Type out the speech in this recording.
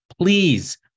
please